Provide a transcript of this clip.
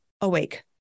awake